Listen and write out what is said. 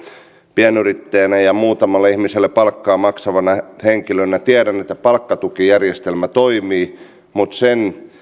pienyrittäjänä ja muutamalle ihmiselle palkkaa maksavana henkilönä tiedän että palkkatukijärjestelmä toimii mutta mitä tulee sen